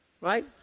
right